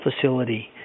facility